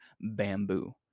bamboo